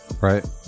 Right